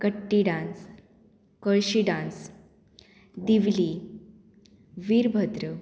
कट्टी डांस कळशी डांस दिवली वीरभद्र